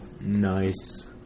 Nice